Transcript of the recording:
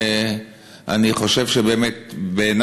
ובעיני